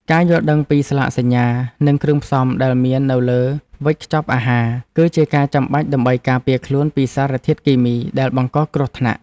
ការយល់ដឹងអំពីស្លាកសញ្ញា និងគ្រឿងផ្សំដែលមាននៅលើវេចខ្ចប់អាហារ គឺជាការចាំបាច់ដើម្បីការពារខ្លួនពីសារធាតុគីមីដែលបង្កគ្រោះថ្នាក់។